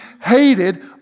hated